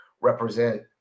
represent